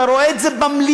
אתה רואה את זה במליאה,